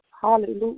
Hallelujah